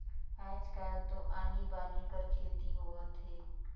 आयज कायल तो आनी बानी कर खेती होवत हे